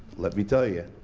let me tell you,